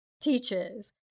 teaches